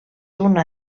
una